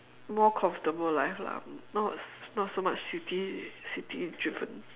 more comfortable life lah not not so much city city driven